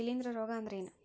ಶಿಲೇಂಧ್ರ ರೋಗಾ ಅಂದ್ರ ಏನ್?